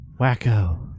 Wacko